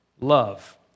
love